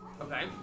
Okay